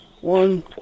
one